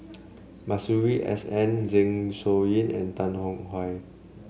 Masuri S N Zeng Shouyin and Tan Tong Hye